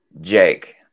Jake